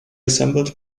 assembled